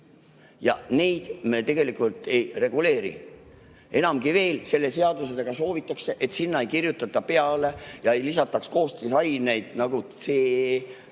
Ja neid me tegelikult ei reguleeri. Enamgi veel, selle seadusega soovitakse, et sinna ei kirjutata peale CE ega lisata koostisaineid, nagu mingid